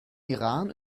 iran